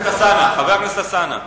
הזה,